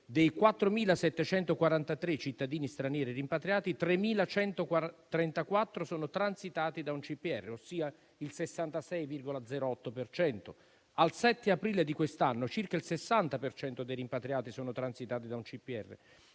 dei 4.743 cittadini stranieri rimpatriati, 3.134 sono transitati da un CPR, ossia il 66,08 per cento; al 7 aprile di quest'anno, circa il 60 per cento dei rimpatriati è transitato da un CPR.